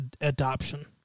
adoption